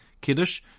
Kiddush